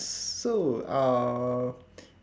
so uh